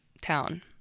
town